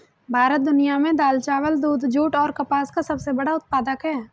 भारत दुनिया में दाल, चावल, दूध, जूट और कपास का सबसे बड़ा उत्पादक है